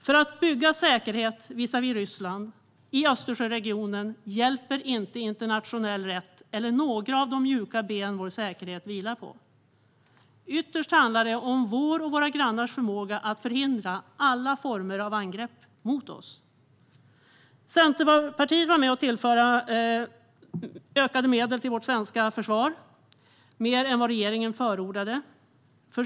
För att bygga säkerhet visavi Ryssland i Östersjöregionen hjälper inte internationell rätt eller några av de mjuka ben vår säkerhet vilar på. Ytterst handlar det om vår och våra grannars förmåga att förhindra alla former av angrepp mot oss. Centerpartiet var med om att tillföra ökade medel till vårt svenska försvar och mer än vad regeringen förordade.